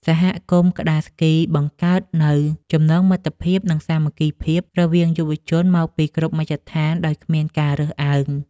សហគមន៍ក្ដារស្គីបង្កើតនូវចំណងមិត្តភាព និងសាមគ្គីភាពរវាងយុវជនមកពីគ្រប់មជ្ឈដ្ឋានដោយគ្មានការរើសអើង។